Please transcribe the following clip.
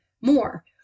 more